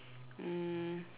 um